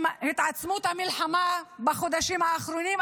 עם התעצמות המלחמה בחודשים האחרונים,